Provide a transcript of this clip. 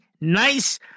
nice